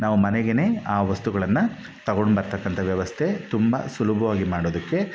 ನಾವು ಮನೆಗೇನೇ ಆ ವಸ್ತುಗಳನ್ನು ತಗೊಂಡು ಬರ್ತಕ್ಕಂಥ ವ್ಯವಸ್ಥೆ ತುಂಬ ಸುಲಭವಾಗಿ ಮಾಡೋದಕ್ಕೆ